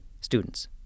students